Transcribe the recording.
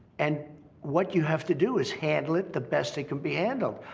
and what you have to do is handle it the best it can be handled,